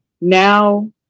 now